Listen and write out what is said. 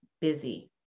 busy